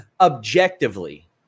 objectively